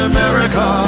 America